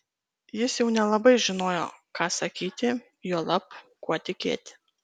jis jau nelabai žinojo ką sakyti juolab kuo tikėti